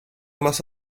más